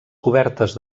cobertes